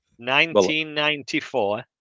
1994